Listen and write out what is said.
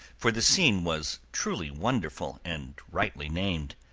for the scene was truly wonderful, and rightly named.